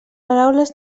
paraules